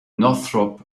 northrop